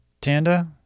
Tanda